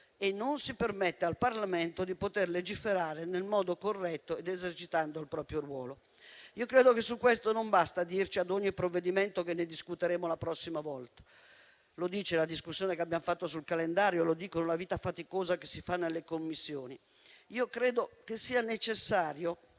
e non si permette al Parlamento di legiferare nel modo corretto, esercitando il proprio ruolo. Credo che non basti dirci a ogni provvedimento che di questi temi discuteremo la prossima volta. Lo dicono la discussione che abbiamo fatto sul calendario e la vita faticosa che si fa nelle Commissioni. Credo che sia necessaria